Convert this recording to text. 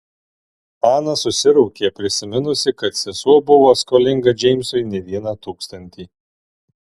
ana susiraukė prisiminusi kad sesuo buvo skolinga džeimsui ne vieną tūkstantį